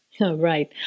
Right